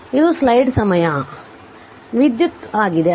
ಆದ್ದರಿಂದ ಇದು ಸ್ಲೈಡ್ ಸಮಯ ಆ ವಿದ್ಯುತ್ ಆಗಿದೆ